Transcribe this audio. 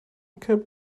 kept